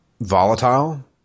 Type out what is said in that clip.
volatile